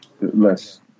Less